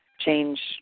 change